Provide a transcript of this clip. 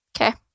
Okay